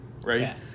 right